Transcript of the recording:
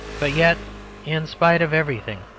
but yet in spite of everything,